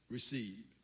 receive